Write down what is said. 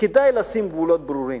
כדאי לשים גבולות ברורים: